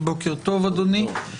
בוקר טוב, אדוני.